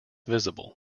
visible